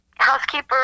housekeeper